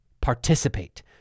participate